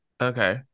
Okay